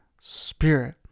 spirit